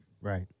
Right